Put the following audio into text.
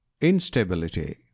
Instability